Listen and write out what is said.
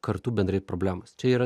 kartu bendrai problemas čia yra